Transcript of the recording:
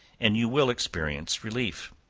and you will experience relief.